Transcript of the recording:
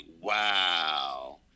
wow